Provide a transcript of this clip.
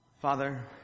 father